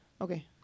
okay